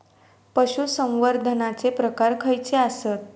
पशुसंवर्धनाचे प्रकार खयचे आसत?